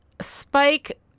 Spike